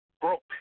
broke